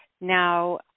Now